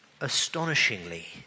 astonishingly